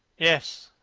yes,